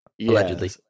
Allegedly